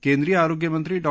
केंद्रीय आरोग्यमंत्री डॉ